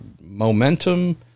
momentum